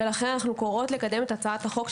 ולכן אנחנו קוראות לקדם את הצעת החוק,